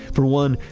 for one,